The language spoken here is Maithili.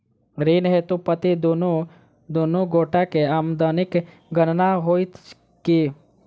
ऋण हेतु पति पत्नी दुनू गोटा केँ आमदनीक गणना होइत की?